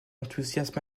enthousiasme